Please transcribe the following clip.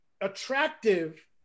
attractive